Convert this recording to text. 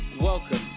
Welcome